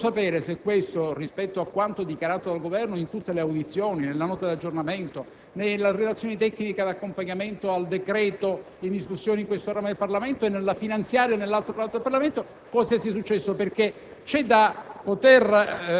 Ora, vorremmo sapere, in riferimento a quanto dichiarato dal Governo in tutte le audizioni, nella Nota di aggiornamento, nella relazione tecnica di accompagnamento al decreto fiscale in discussione in questo ramo del Parlamento e nella finanziaria all'esame dell'altro ramo del Parlamento, cosa sia successo. Intendiamo a